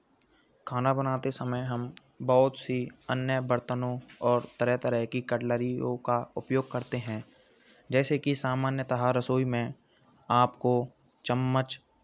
खाना बनाते समय हम बहुत सी अन्य बर्तनों और तरह तरह की कटलरियों का उपयोग करते हैं जैसे कि सामान्यतः रसोई में आपको चम्मच